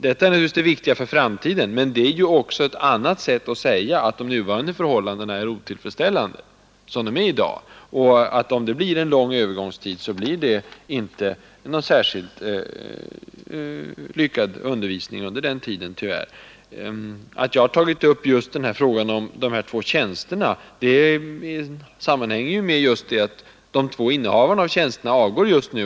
Detta är naturligtvis det viktiga för framtiden, men det är också ett annat sätt att säga, att de nuvarande förhållandena är otillfredsställande och att undervisningen tyvärr inte kommer att bli särskilt lyckad om övergångstiden blir lång. Att jag tagit upp frågan om de två tjänsterna sammanhänger med att innehavarna av dessa avgår just nu.